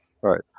Right